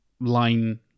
line